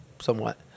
somewhat